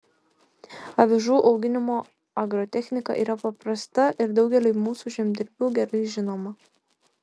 avižų auginimo agrotechnika yra paprasta ir daugeliui mūsų žemdirbių gerai žinoma